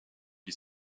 qui